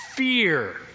Fear